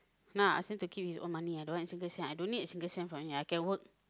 nah I ask him to keep his own money I don't want a single cent I don't need a single cent from him I can work